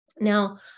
Now